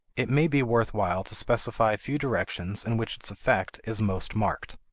it may be worth while to specify a few directions in which its effect is most marked.